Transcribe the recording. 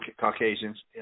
Caucasians